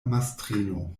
mastrino